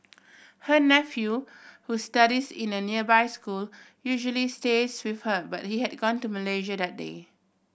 her nephew who studies in a nearby school usually stays with her but he had gone to Malaysia that day